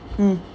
mm